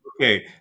okay